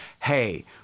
hey